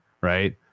right